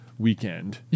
weekend